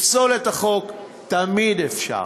לפסול את החוק תמיד אפשר,